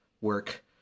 work